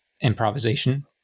improvisation